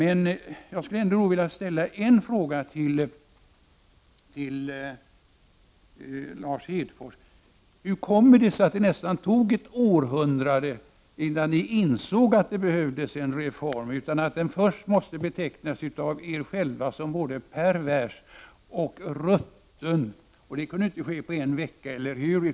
En fråga skulle jag vilja ställa till Lars Hedfors: Hur kommer det sig att det tog nästan ett århundrade innan ni insåg att det behövdes en reform — först måste ni ju själva använda beteckningen pervers och rutten? Det kunde inte ske på en vecka, eller hur?